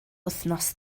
wythnos